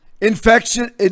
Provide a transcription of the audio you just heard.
Infection